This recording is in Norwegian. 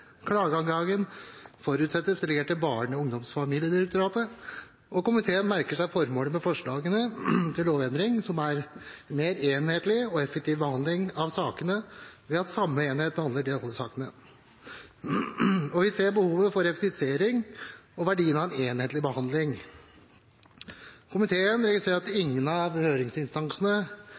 Klageadgangen forutsettes delegert til Barne-, ungdoms- og familiedirektoratet. Komiteen merker seg formålet med forslagene til lovendring, som er en mer enhetlig og effektiv behandling av sakene, ved at samme enhet behandler alle sakene. Vi ser behovet for effektivisering og verdien av en enhetlig behandling. Komiteen registrerer at